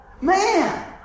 Man